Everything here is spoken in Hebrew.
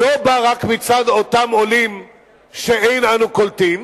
בא רק מצד אותם עולים שאין אנו קולטים.